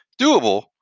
doable